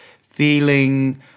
feeling